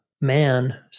man